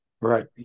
Right